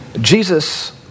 Jesus